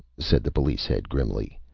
said the police head, grimly.